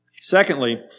Secondly